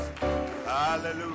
Hallelujah